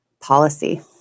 policy